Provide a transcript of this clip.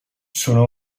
sono